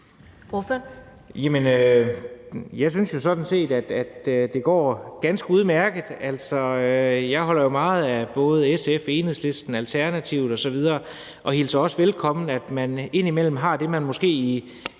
Jeg synes jo sådan set, at det går ganske udmærket. Altså, jeg holder jo meget af både SF, Enhedslisten, Alternativet osv. og hilser også velkommen, at man indimellem har det, man måske i